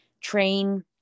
train